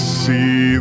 see